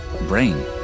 brain